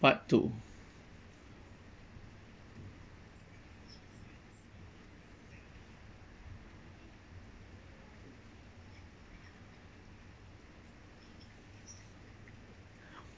part two